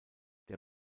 der